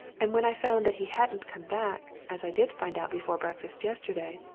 and when i found that he hadn't come back, as i did find out before breakfast yesterday,